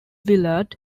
willard